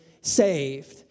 saved